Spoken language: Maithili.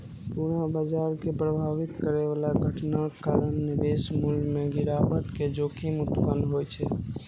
पूरा बाजार कें प्रभावित करै बला घटनाक कारण निवेश मूल्य मे गिरावट के जोखिम उत्पन्न होइ छै